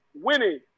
winning